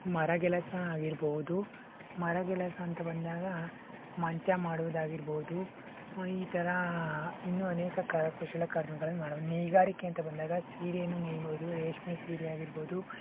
ಮರಗೆಲಸ ಆಗಿರಬಹುದು ಮರಗೆಲಸ ಅಂತ ಬಂದಾಗ ಮಂಚ ಮಾಡುವುದಾಗಿರಬಹುದು ಈ ಥರ ಇನ್ನೂ ಅನೇಕ ಕರಕುಶಲ ಕರ್ಮಿಗಳನ್ನು ನೋಡ್ಬೋದು ನೇಕಾರಿಕೆ ಅಂತ ಬಂದಾಗ ಸೀರೆಯನ್ನು ನೇಯಬಹುದು ರೇಷ್ಮೆ ಸೀರೆ ಆಗಿರಬಹುದು